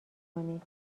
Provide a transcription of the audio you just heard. کنید